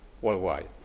worldwide